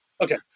Okay